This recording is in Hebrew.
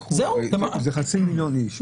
זה חצי מיליון אנשים.